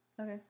Okay